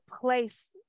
place